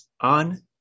on